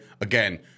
again